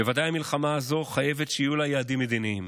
בוודאי המלחמה הזו, חייבת שיהיו לה יעדים מדיניים.